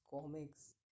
comics